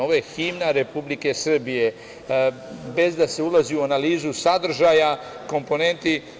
Ovo je himna Republike Srbije, bez da se ulazi u analizu sadržaja komponenti.